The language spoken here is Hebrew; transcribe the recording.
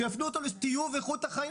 שיפנו אותה לטיוב איכות.